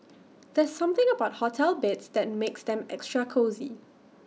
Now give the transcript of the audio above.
there's something about hotel beds that makes them extra cosy